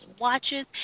watches